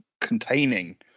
containing